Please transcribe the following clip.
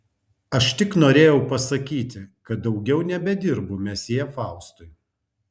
aš tik norėjau pasakyti kad daugiau nebedirbu mesjė faustui